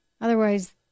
Otherwise